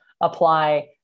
apply